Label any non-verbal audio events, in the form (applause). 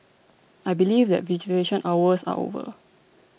i believe that (unintelligible) hours are over